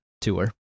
tour